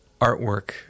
artwork